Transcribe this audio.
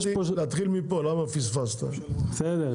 יש פה